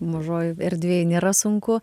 mažoj erdvėj nėra sunku